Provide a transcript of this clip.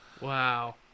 Wow